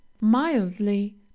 mildly